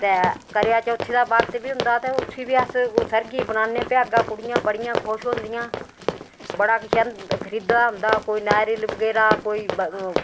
इक ऐ करेआचौथी दा बरत बी होंदा ते उसी बी अस सरगी बनान्ने भ्यागा कुड़ियां बड़ियां खुश होंदियां बड़ा किश खरीदे दा होंदा कोई नारियल बगैरा कोई